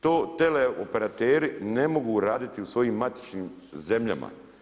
To teleoperateri ne mogu raditi u svojim matičnim zemljama.